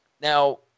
Now